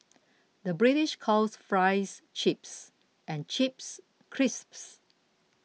the British calls Fries Chips and Chips Crisps